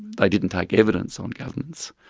they didn't take evidence on governance,